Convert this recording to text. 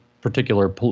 particular